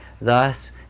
Thus